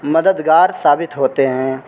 مددگار ثابت ہوتے ہیں